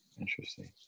Interesting